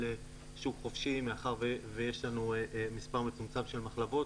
שוק חופשי מאחר שיש לנו מספר מצומצם של מחלבות